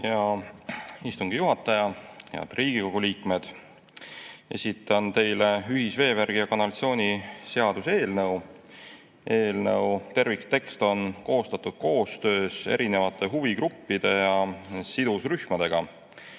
Hea istungi juhataja! Head Riigikogu liikmed! Esitlen teile ühisveevärgi ja ‑kanalisatsiooni seaduse eelnõu. Eelnõu terviktekst on koostatud koostöös erinevate huvigruppide ja sidusrühmadega.